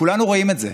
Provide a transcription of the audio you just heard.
כולנו רואים את זה.